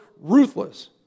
ruthless